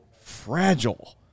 fragile